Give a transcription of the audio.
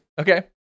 Okay